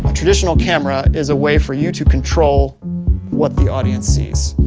um traditional camera is a way for you to control what the audience sees.